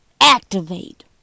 activate